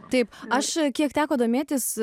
taip aš kiek teko domėtis